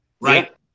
right